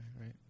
right